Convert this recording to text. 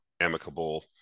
amicable